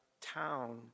town